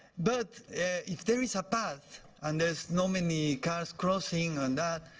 but if things have passed and there's not many cars crossing and that,